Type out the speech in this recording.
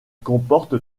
comporte